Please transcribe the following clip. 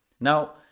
Now